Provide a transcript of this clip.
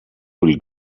will